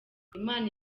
imana